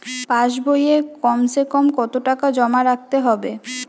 পাশ বইয়ে কমসেকম কত টাকা জমা রাখতে হবে?